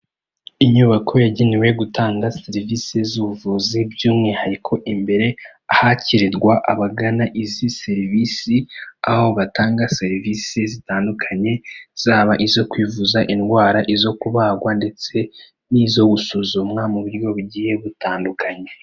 Inyubako yagenewe gutanga serivisi z'ubuvuzi by'umwihariko imbere ahakirirwa abagana izi serivisi aho batanga serivisi zitandukanye, zaba izo kwivuza indwara izo kubagwa ndetse n'izo gusuzumwa mu buryo bugiye butandukanye.